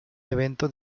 evento